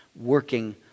working